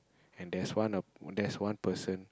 and there's one err there's one person